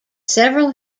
several